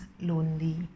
lonely